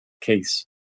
case